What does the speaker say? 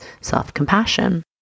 self-compassion